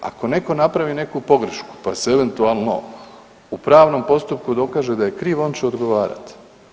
Ako neko napravi neku pogrešku pa se eventualno u pravnom postupku dokaže da je kriv on će odgovarat.